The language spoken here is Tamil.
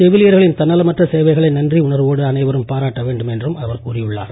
செவிலியர்களின் தன்னலமற்ற சேவைகளை நன்றி உணர்வோடு அனைவரும் பாராட்ட வேண்டும் என்றும் அவர் கேட்டுக்கொண்டுள்ளார்